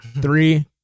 Three